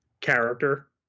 character